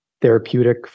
therapeutic